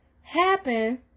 happen